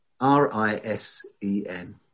R-I-S-E-N